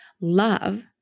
love